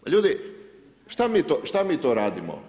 Pa ljudi, šta mi to radimo?